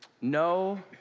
No